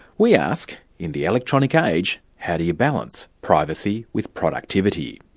we ask in the electronic age, how do you balance privacy with productivity?